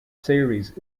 series